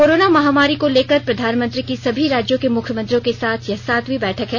corona महामारी को लेकर प्रधानमंत्री का सभी राज्यों के मुख्यमंत्रियों के साथ यह सातवीं बैठक है